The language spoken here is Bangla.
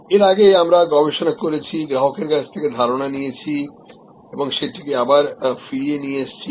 এর আগে আমরা গবেষণা করেছি গ্রাহকের কাছ থেকে ধারণা নিয়েছি এবং সেটিকে আবার ফিরিয়ে এনেছি